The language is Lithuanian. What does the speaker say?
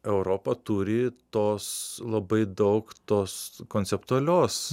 europa turi tos labai daug tos konceptualios